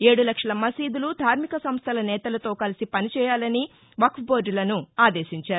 ఏడు లక్షల మసీదులు ధార్మిక సంస్వల నేతలతో కలిసి పని చేయాలని వక్స్ బోర్గులను ఆదేశించారు